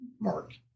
Mark